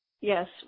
Yes